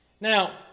Now